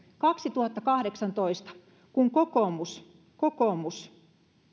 kaksituhattakahdeksantoista kun kokoomus kokoomus